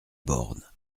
born